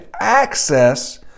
access